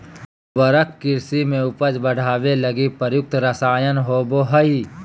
उर्वरक कृषि में उपज बढ़ावे लगी प्रयुक्त रसायन होबो हइ